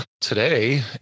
today